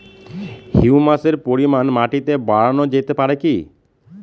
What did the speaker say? হিউমাসের পরিমান মাটিতে বারানো যেতে পারে কি?